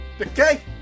Okay